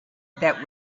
that